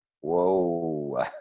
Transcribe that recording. whoa